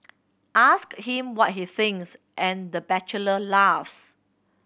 ask him what he thinks and the bachelor laughs